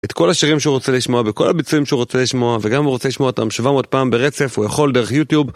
את כל השירים שהוא רוצה לשמוע, וכל הביצועים שהוא רוצה לשמוע, וגם אם הוא רוצה לשמוע אותם 700 פעם ברצף, הוא יכול דרך יוטיוב.